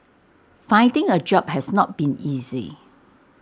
finding A job has not been easy